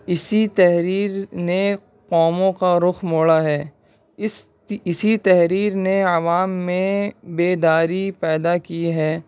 اسی تحریر نے قوموں کا رخ موڑا ہے اس اسی تحریر نے عوام میں بیداری پیدا کی ہے